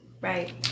Right